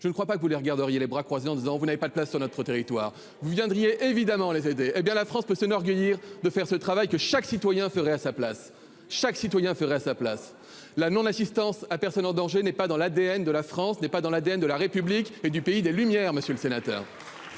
je ne crois pas que vous les regarderiez les bras croisés en disant qu'il n'y a pas de place sur notre territoire. Vous viendriez évidemment les aider ! Eh bien, la France peut s'enorgueillir de faire ce travail que chaque citoyen ferait à sa place, je l'affirme. La non-assistance à personne en danger n'est pas dans l'ADN de la France, de la République et du pays des Lumières, monsieur le sénateur